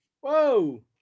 Whoa